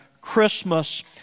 Christmas